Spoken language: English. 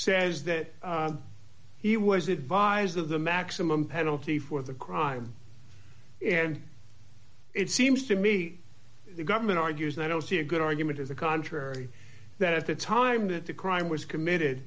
says that he was advised of the maximum penalty for the crime and it seems to me the government argues that i don't see a good argument as a contrary that at the time that the crime was committed